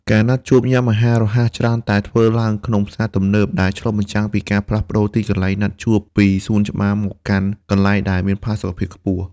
ការណាត់ជួបញ៉ាំអាហាររហ័សច្រើនតែធ្វើឡើងក្នុងផ្សារទំនើប ដែលឆ្លុះបញ្ចាំងពីការផ្លាស់ប្ដូរទីកន្លែងណាត់ជួបពីសួនច្បារមកកាន់កន្លែងដែលមានផាសុកភាពខ្ពស់។